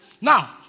now